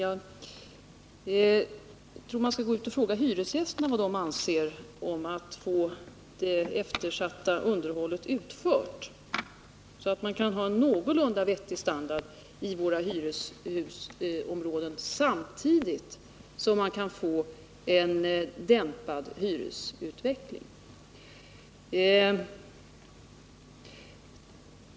Jag tror att man i stället skall gå ut och fråga hyresgästerna vad de anser om att få det eftersatta underhållet utfört, så att det blir en någorlunda vettig standard i hyreshusområdena, samtidigt som man kan få en dämpad hyresutveckling.